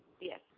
Yes